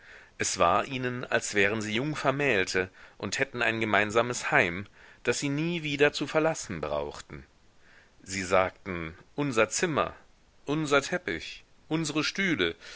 es war ihnen als wären sie jungvermählte und hätten ein gemeinsames heim das sie nie wieder zu verlassen brauchten sie sagten unser zimmer unser teppich unsre stühle